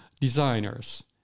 designers